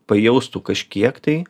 pajaustų kažkiek tai